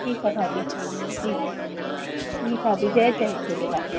ठीकु आहे भाभी जी ठीकु आहे जय जय झूलेलाल